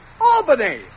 Albany